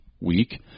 week